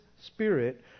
spirit